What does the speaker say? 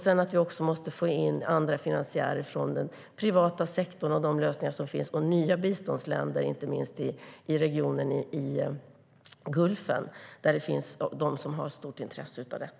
Sedan måste vi också få in finansiärer från den privata sektorn och från nya biståndsländer i regionen, inte minst i Gulfen, där det finns de som har stort intresse av detta.